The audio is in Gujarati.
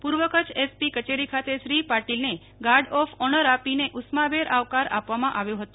પૂર્વ કચ્છ એસપી કચેરી ખાતે શ્રી પાટિલને ગાર્ડ ઓફ ઓનર આપીને ઉષ્માભેર આવકાર આપવામાં આવ્યો હતો